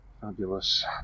Fabulous